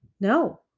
no